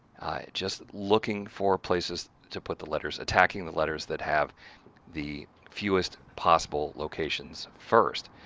just looking for places to put the letters, attacking the letters that have the fewest possible locations first.